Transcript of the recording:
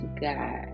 God